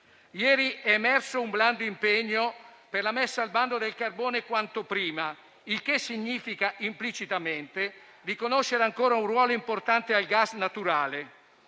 Ieri è emerso un blando impegno per la messa al bando del carbone quanto prima, il che significa implicitamente riconoscere ancora un ruolo importante al gas naturale.